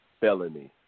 felony